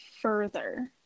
further